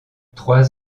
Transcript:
trois